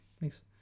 Thanks